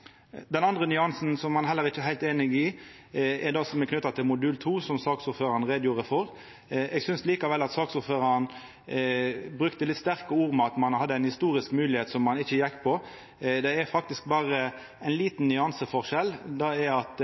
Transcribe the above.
Den andre nyansen som ein heller ikkje er heilt einige om, er det som er knytt til modul 2, som saksordføraren gjorde greie for. Eg synest likevel saksordføraren brukte litt sterke ord då ho sa at ein hadde ei historisk moglegheit som ein ikkje gjekk for. Det er faktisk berre ein liten nyanseforskjell: Dei raud-grøne partia seier at